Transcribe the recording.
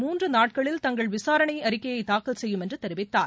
மூன்றுநாட்களில் தங்கள் விசாரணைஅறிக்கையைதாக்கல் செய்யும் என்றுதெரிவித்தார்